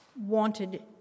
wanted